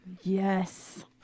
yes